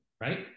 Right